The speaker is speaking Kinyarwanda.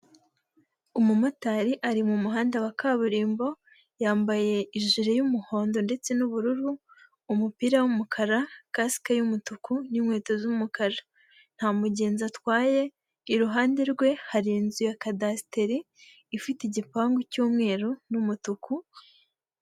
Umumotari ari mu muhanda wa kaburimbo yambaye ijire y'umuhondo ndetse n'ubururu umupira w'umukara, kasike y'umutuku n'inkweto z'umukara. Nta mugenzi atwaye, iruhande rwe hari inzu ya kadasitere ifite igipangu cy'umweru n'umutuku.